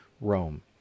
Rome